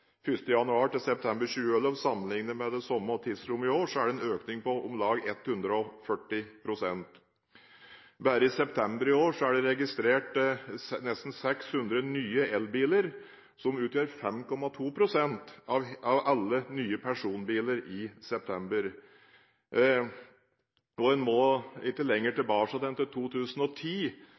med det samme tidsrommet i år er det en økning på om lag 140 pst. Bare i september i år er det registrert nesten 600 nye elbiler, som utgjør 5,2 pst. av alle nye personbiler i september. En må ikke lenger tilbake enn til 2010